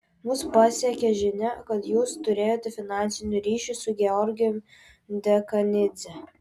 mus pasiekė žinia kad jūs turėjote finansinių ryšių su georgijumi dekanidze